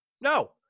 No